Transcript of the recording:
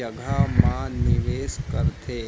जघा म निवेस करथे